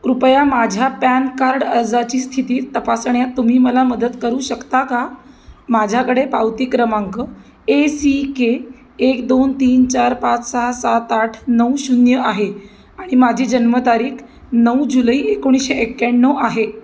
कृपया माझ्या PAN card अर्जाची स्थिती तपासण्यात तुम्ही मला मदत करू शकता का माझ्याकडे पावती क्रमांक ए सी के एक दोन तीन चार पाच सहा सात आठ नऊ शून्य आहे आणि माझी जन्मतारीख नऊ जुलै एकोणीशे एक्याण्णव आहे